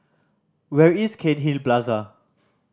where is Cairnhill Plaza